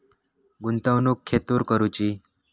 गुंतवणुक खेतुर करूची?